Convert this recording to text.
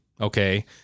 Okay